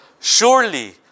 surely